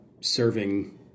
serving